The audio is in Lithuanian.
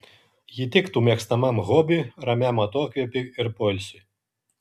ji tiktų mėgstamam hobiui ramiam atokvėpiui ir poilsiui